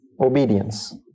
obedience